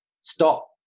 stop